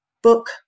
book